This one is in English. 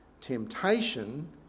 temptation